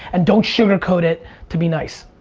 and don't sugar coat it to be nice.